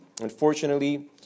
Unfortunately